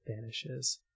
vanishes